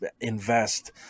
invest